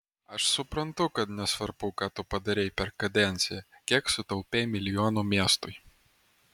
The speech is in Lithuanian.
aš suprantu kad nesvarbu ką tu padarei per kadenciją kiek sutaupei milijonų miestui